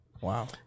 Wow